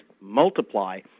multiply